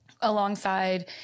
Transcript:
alongside